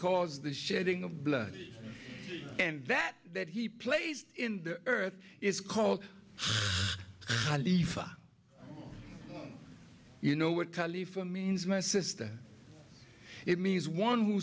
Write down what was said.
cause the shedding of blood and that that he plays in the earth is called a leaf you know what kali for means my sister it means one who